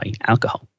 alcohol